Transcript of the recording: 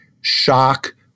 shock